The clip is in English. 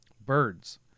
Birds